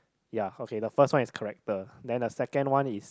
ya okay the first one is correct the then the second one is